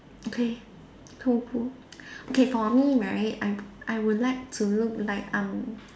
okay cool cool okay for me right I I will like to look like I'm